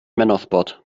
männersport